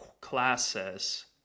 classes